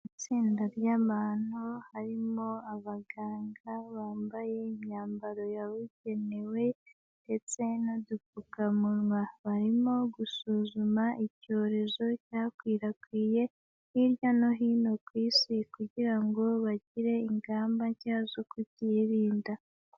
Itsinda ry'abantu harimo abaganga bambaye imyambaro yabugenewe ndetse n'udupfukamunwa, barimo gusuzuma icyorezo cyakwirakwiriye hirya no hino ku isi, kugira ngo bagire ingamba nshya zo kucyirinda.